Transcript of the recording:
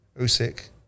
Usyk